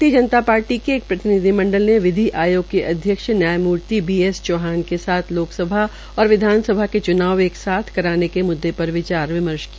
भारतीय जनता पार्टी के एक प्रतिनिधि मंडल ने विधि आयोग के अध्यक्ष न्यायमूर्ति बी एस चौहान के साथ लोकसभा और विधानसभा के च्नाव एक साथ कराने के मुद्दे पर विचार विमर्श किया